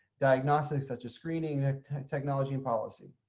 diagnostics such a screening ah technology, and policy.